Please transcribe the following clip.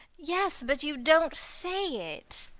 yes, but you don't say it.